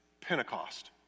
Pentecost